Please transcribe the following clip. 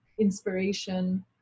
inspiration